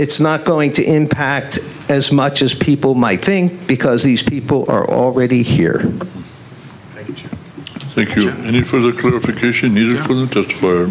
it's not going to impact as much as people might think because these people are already here